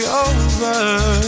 over